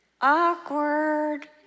Awkward